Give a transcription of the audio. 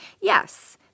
Yes